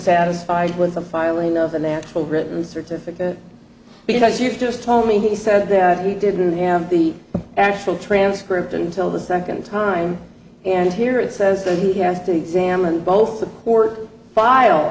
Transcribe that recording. satisfied with the filing of a natural written certificate because you just told me he said he didn't have the actual transcript until the second time and here it says that he has to examine both support file